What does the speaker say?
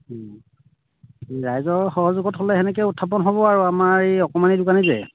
ৰাইজৰ সহযোগত হ'লে তেনেকৈ উত্থাপন হ'ব আৰু আমাৰ এই অকমানি দোকানী যে